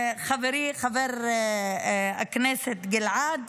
חברי, חבר הכנסת גלעד,